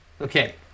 Okay